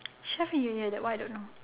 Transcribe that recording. chef in your ear that one I don't know